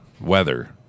weather